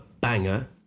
banger